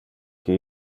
que